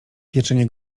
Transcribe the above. pieczenie